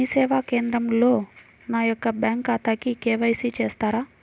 మీ సేవా కేంద్రంలో నా యొక్క బ్యాంకు ఖాతాకి కే.వై.సి చేస్తారా?